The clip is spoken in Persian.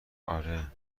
آره